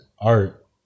art